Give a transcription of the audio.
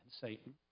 Satan